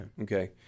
Okay